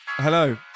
Hello